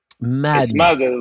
Madness